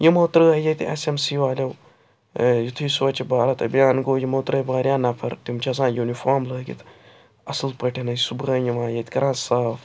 یمو ترٛٲے ییٚتہِ ایٚس ایٚم سی والٮ۪و یُتھُے سوچھ بھارت ابھیان گوٚو یمو ترٛٲے واریاہ نَفَر تِم چھِ آسان یوٗنِفارم لٲگِتھ اَصٕل پٲٹھٮ۪ن ٲسۍ صُبحٲے یوان ییٚتہِ کَران صاف